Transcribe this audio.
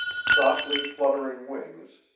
softly fluttering wings,